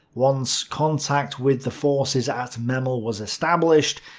once contact with the forces at memel was established,